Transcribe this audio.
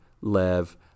Lev